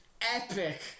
epic